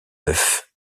œuf